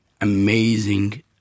amazing